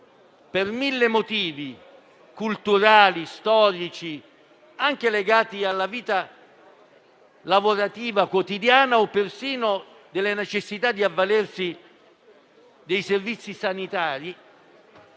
per mille motivi culturali, storici, anche legati alla vita lavorativa quotidiana o persino alla necessità di avvalersi dei servizi sanitari,